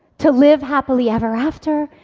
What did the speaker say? to live happily ever after,